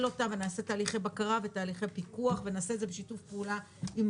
אותה ונעשה תהליכי בקרה ותהליכי פיקוח ונעשה את זה בשיתוף פעולה עם